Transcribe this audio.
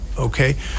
Okay